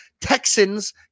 Texans